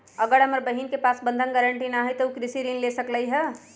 अगर हमर बहिन के पास बंधक गरान्टी न हई त उ कृषि ऋण कईसे ले सकलई ह?